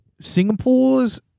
Singapore's